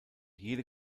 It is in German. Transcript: jede